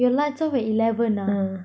you have lights off at eleven ah